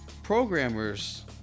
Programmers